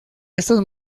estos